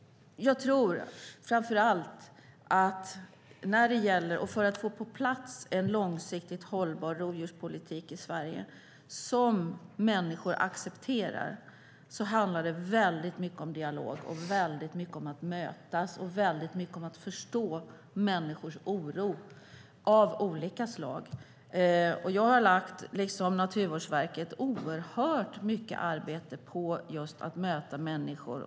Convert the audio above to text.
Om vi ska få på plats en långsiktigt hållbar rovdjurspolitik i Sverige som människor accepterar handlar det mycket om dialog och om att mötas och förstå människors oro av olika slag. Jag har, liksom Naturvårdsverket, lagt mycket arbete på att möta människor.